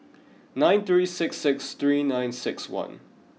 nine three six six three nine six one